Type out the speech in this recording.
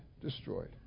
destroyed